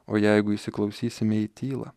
o jeigu įsiklausysime į tylą